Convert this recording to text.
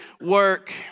work